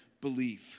belief